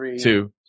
two